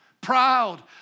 proud